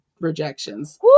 rejections